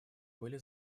были